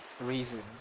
reason